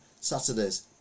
Saturdays